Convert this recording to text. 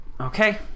Okay